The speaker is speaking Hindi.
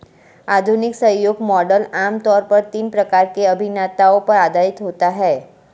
आधुनिक जनसहयोग मॉडल आम तौर पर तीन प्रकार के अभिनेताओं पर आधारित होता है